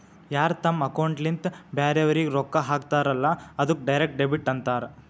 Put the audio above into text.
ಯಾರ್ ತಮ್ ಅಕೌಂಟ್ಲಿಂತ್ ಬ್ಯಾರೆವ್ರಿಗ್ ರೊಕ್ಕಾ ಹಾಕ್ತಾರಲ್ಲ ಅದ್ದುಕ್ ಡೈರೆಕ್ಟ್ ಡೆಬಿಟ್ ಅಂತಾರ್